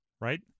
right